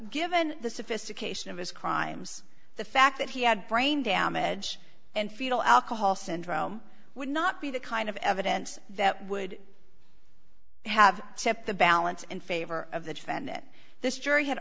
given the sophistication of his crimes the fact that he had brain damage and fetal alcohol syndrome would not be the kind of evidence that would have tipped the balance in favor of the defendant this jury had